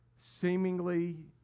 seemingly